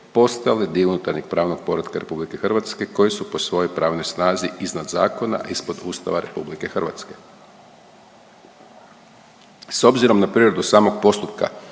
postali dio unutarnjeg pravnog poretka RH koji su po svojoj pravnoj snazi iznad zakona, a ispod Ustava RH. S obzirom na prirodu samog postupka